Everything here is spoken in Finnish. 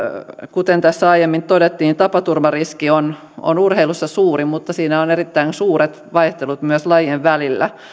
kuten tässä aiemmin todettiin tapaturmariski on on urheilussa suuri mutta siinä on erittäin suuret vaihtelut myös lajien